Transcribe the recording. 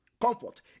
Comfort